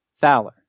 Fowler